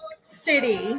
City